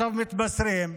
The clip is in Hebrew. עכשיו מתבשרים,